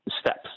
steps